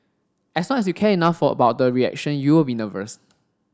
as long as you care enough for about the reaction you will be nervous